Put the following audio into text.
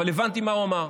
אבל הבנתי מה הוא אמר.